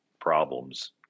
problems